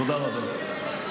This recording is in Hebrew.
תודה רבה.